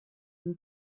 than